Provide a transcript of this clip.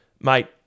mate